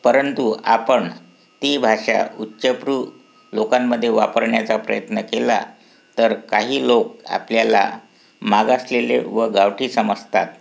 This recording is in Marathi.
परंतु आपण ती भाषा उच्चभ्रू लोकांमध्ये वापरण्याचा प्रयत्न केला तर काही लोक आपल्याला मागासलेले व गावठी समजतात